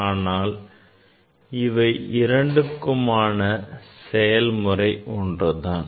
ஆனால் இவை இரண்டுக்குமான செய்முறை ஒன்றுதான்